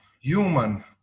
human